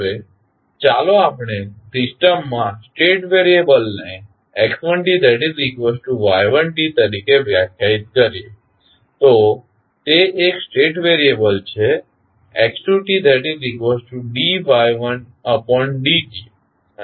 હવે ચાલો આપણે સિસ્ટમમાં સ્ટેટ વેરિયેબલને x1y1t તરીકે વ્યાખ્યાયિત કરીએ તો તે એક સ્ટેટ વેરિયેબલ છે x2dy1dt અને x3y2t